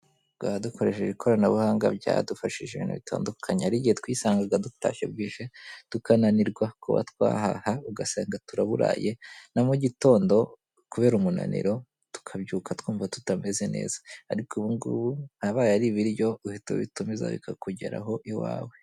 Guhaha dukoresheje ikoranabuhanga byadufashije ibintu bitandukanye, hari igihe twisangaga dutashye bwije tukananirwa kuba twahaha ugase turaburaye na mu gitondo kubera umunaniro tukabyuka twumva tutameze neza, ariko ubungubu abaye ari ibiryo uhita ubitumiza bikakugeraho iwawe.